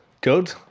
Good